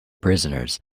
prisoners